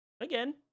again